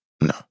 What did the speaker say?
no